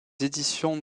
éditions